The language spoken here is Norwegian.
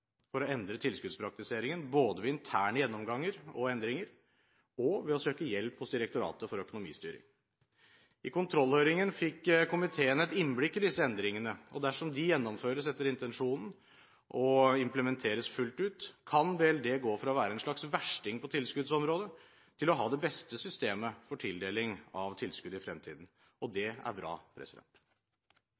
for å endre tilskuddspraktiseringen, både ved interne gjennomganger og endringer og ved å søke hjelp hos Direktoratet for økonomistyring. I kontrollhøringen fikk komiteen et innblikk i disse endringene, og dersom de gjennomføres etter intensjonen og implementeres fullt ut, kan BLD gå fra å være en slags versting på tilskuddsområdet til å ha det beste systemet for tildeling av tilskudd i fremtiden, og det er bra.